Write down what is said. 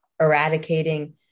eradicating